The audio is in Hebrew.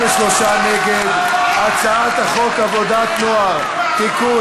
את הצעת חוק עבודת הנוער (תיקון,